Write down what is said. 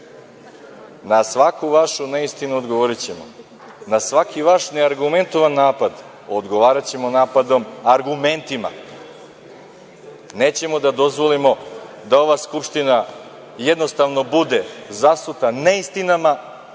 na svaku vašu neistinu odgovorićemo, na svaki vaš ne argumentovan napad odgovaraćemo napadom argumentima. Nećemo da dozvolimo da ova Skupština jednostavno bude zasuta neistinama,